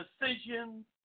decisions